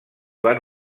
van